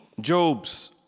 Job's